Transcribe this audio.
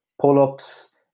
pull-ups